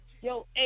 yo